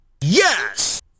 Yes